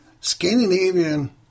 Scandinavian